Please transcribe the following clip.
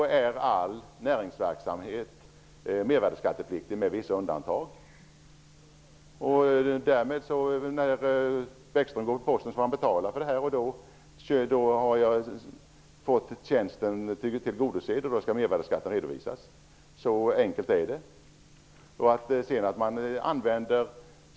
När Lars Bäckström går till posten får han betala för detta. Då tjänsten har blivit utförd skall mervärdesskatten redovisas. Så enkelt är det.